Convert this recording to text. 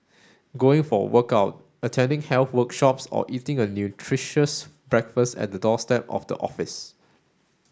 going for a workout attending health workshops or eating a nutritious breakfast at the doorstep of the office